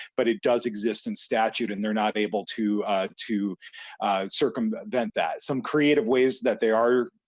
but it does exist in statute and they're not able too too circumvent that that some creative ways that they are.